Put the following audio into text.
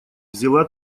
взяла